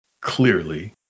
Clearly